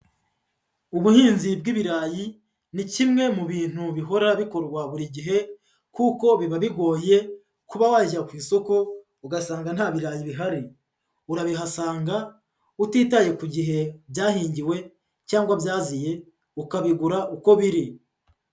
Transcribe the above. Ubuhinzi bw'ibirayi ni kimwe mu bintu bihora bikorwa buri gihe kuko biba bigoye kuba wajya ku isoko ugasanga nta birayi bihari, urabihasanga utitaye ku gihe byahigiwe cyangwa byaziye ukabigura uko biri.